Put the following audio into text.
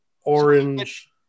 orange